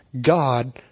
God